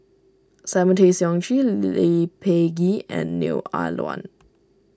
Simon Tay Seong Chee Lee Peh Gee and Neo Ah Luan